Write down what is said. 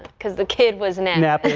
because the kid was in and at